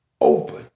open